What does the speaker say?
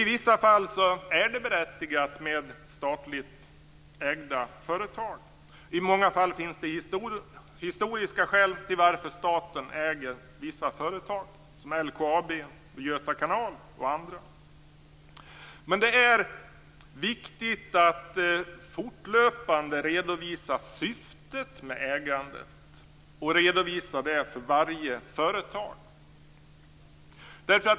I vissa fall är det berättigat med statligt ägda företag. I många fall finns det historiska skäl till att staten äger vissa företag, som t.ex. LKAB och Göta Kanalbolag. Men det är viktigt att syftet med ägandet fortlöpande redovisas och att det redovisas för varje företag.